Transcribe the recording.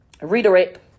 Redirect